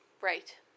Right